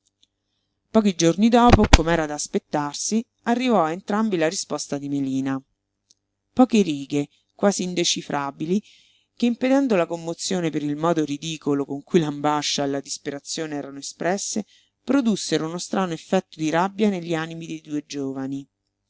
pochi giorni dopo com'era da aspettarsi arrivò a entrambi la risposta di melina poche righe quasi indecifrabili che impedendo la commozione per il modo ridicolo con cui l'ambascia e la disperazione erano espresse produssero uno strano effetto di rabbia negli animi dei due giovani